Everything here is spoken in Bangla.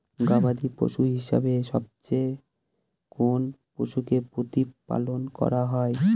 গবাদী পশু হিসেবে সবচেয়ে কোন পশুকে প্রতিপালন করা হয়?